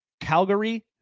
Calgary